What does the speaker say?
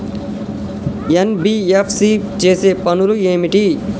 NBFC చేసే పనులు ఏమిటి?